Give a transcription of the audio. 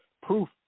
Proof